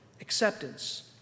acceptance